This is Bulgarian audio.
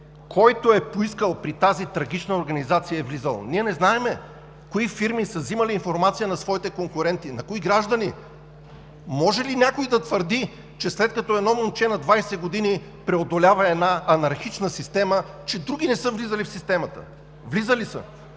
Който е поискал при тази трагична организация, е влизал. Ние не знаем кои фирми са взимали информация на своите конкуренти, на кои граждани. Може ли някой да твърди, че след като едно момче на 20 години преодолява една анархична система, че други не са влизали в системата? Влизали са!